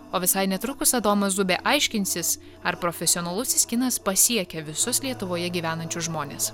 o visai netrukus adomas zubė aiškinsis ar profesionalusis kinas pasiekia visus lietuvoje gyvenančius žmones